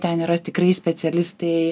ten yra tikrai specialistai